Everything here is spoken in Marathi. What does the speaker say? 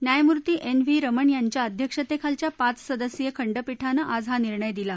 न्यायमूर्ती एन व्ही रमण यांच्या अध्यक्षतखीलच्या पाच सदस्यीय खंडपीठानं आज हा निर्णय दिला